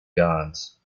gods